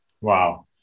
Wow